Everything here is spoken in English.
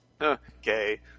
Okay